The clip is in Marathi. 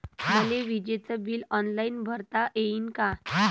मले विजेच बिल ऑनलाईन भरता येईन का?